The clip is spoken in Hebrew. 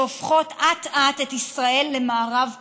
שהופכות אט-אט את ישראל למערב פרוע.